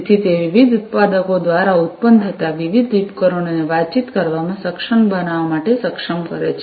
તેથી તે વિવિધ ઉત્પાદકો દ્વારા ઉત્પન્ન થતાં વિવિધ ઉપકરણોને વાતચીત કરવામાં સક્ષમ બનાવવા માટે સક્ષમ કરે છે